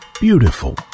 beautiful